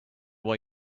why